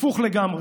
הפוך לגמרי,